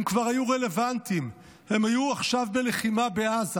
הם כבר היו רלוונטיים, הם היו עכשיו בלחימה בעזה.